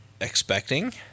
expecting